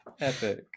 Epic